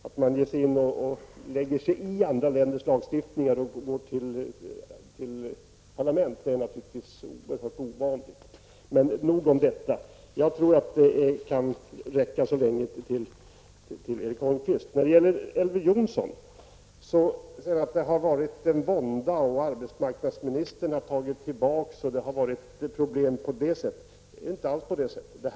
Att man på detta sätt i ett parlament lägger sig i andra länders lagstiftningar är naturligtvis oerhört ovanligt, men nog om det. Jag tror att detta kan räcka som svar till Erik Elver Jonsson säger att arbetet med denna fråga har skett under vånda, att arbetsmarknadsministern har tagit tillbaka vad hon sagt och att det har funnits problem. Det är inte alls på detta sätt.